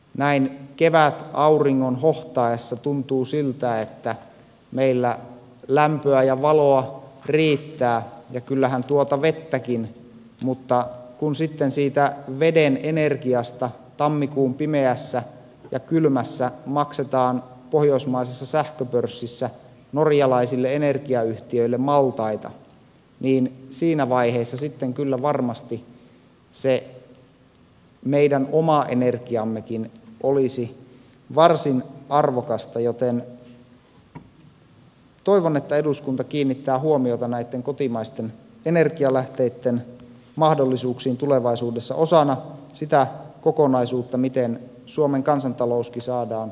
näin kevätauringon hohtaessa tuntuu siltä että meillä lämpöä ja valoa riittää ja kyllähän tuota vettäkin mutta kun sitten siitä veden energiasta tammikuun pimeässä ja kylmässä maksetaan pohjoismaisessa sähköpörssissä norjalaisille energiayhtiöille maltaita niin siinä vaiheessa sitten kyllä varmasti se meidän oma energiammekin olisi varsin arvokasta joten toivon että eduskunta kiinnittää huomiota näitten kotimaisten energialähteitten mahdollisuuksiin tulevaisuudessa osana sitä kokonaisuutta miten suomen kansantalouskin saadaan kestävälle pohjalle